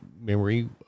memory